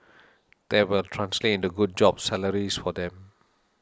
that will translate into good jobs salaries for them